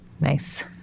Nice